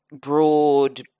broad